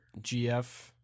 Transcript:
GF